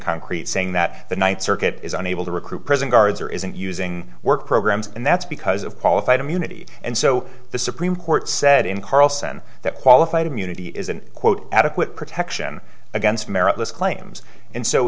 concrete saying that the ninth circuit is unable to recruit prison guards or isn't using work programs and that's because of qualified immunity and so the supreme court said in carlson that qualified immunity is an quote adequate protection against merit list claims and so